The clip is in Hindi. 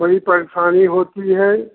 बड़ी परेशानी होती है